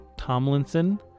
Tomlinson